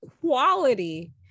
quality